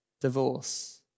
divorce